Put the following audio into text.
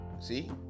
see